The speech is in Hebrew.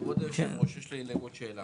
כבוד היושב-ראש, יש לי אליהם עוד שאלה.